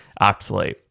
oxalate